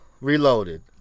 Reloaded